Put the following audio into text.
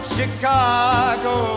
Chicago